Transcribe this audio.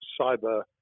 cyber